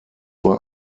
war